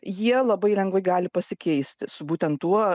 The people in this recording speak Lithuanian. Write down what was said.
jie labai lengvai gali pasikeisti su būtent tuo